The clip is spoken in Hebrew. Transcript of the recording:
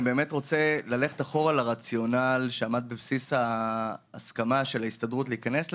אני רוצה ללכת אחורה לרציונל שעמד בבסיס ההסכמה של ההסתדרות להיכנס לזה,